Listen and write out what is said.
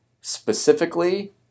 specifically